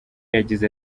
yagize